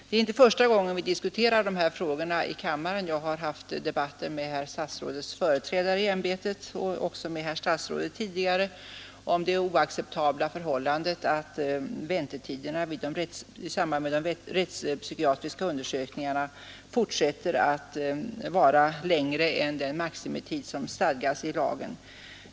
Det är inte första gången vi diskuterar de här frågorna i kammaren; jag har tidigare haft debatter med herr statsrådets företrädare i ämbetet och även med herr statsrådet om det oacceptabla förhållandet att väntetiderna i samband med de rättspsykiatriska undersökningarna fortsätter att vara längre än den maximitid som stadgas i lagen.